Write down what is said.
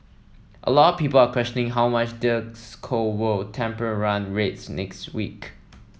a lot people are questioning how much this cold will temper run rates next week